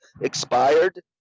expired